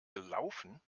gelaufen